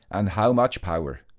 and how much power.